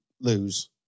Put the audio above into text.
lose